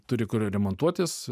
turi kur remontuotis